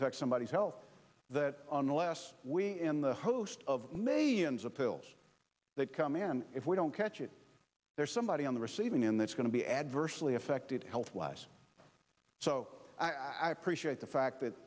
affects somebody's health that unless we in the host of may years of pills that come in if we don't catch it there's somebody on the receiving end that's going to be adversely affected health wise so i appreciate the fact that